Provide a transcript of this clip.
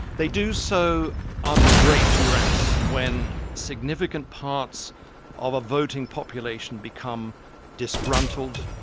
they do so under great duress, when significant parts of a voting population become disgruntled,